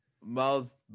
miles